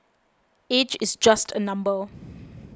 age is just a number